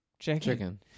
Chicken